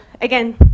again